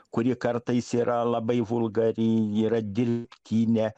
kuri kartais yra labai vulgari yra dirbtinė